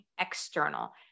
external